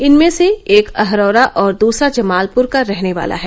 इनमें से एक अहरौरा और दूसरा जमालपुर का रहने वाला है